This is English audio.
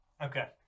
okay